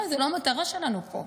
זו לא המטרה שלנו פה,